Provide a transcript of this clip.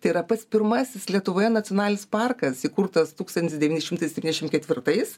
tai yra pats pirmasis lietuvoje nacionalinis parkas įkurtas tūkstantis devyni šimtai septyniasdešimt ketvirtais